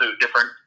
different